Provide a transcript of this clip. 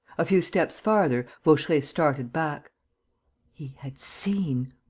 a few steps farther vaucheray started back he had seen!